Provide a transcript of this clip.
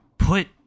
put